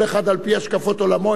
כל אחד על-פי השקפות עולמו,